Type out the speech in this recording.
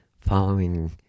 following